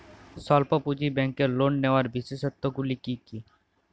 স্বল্প পুঁজির ব্যাংকের লোন নেওয়ার বিশেষত্বগুলি কী কী?